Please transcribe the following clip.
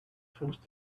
forced